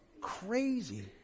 Crazy